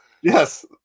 Yes